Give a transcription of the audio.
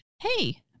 hey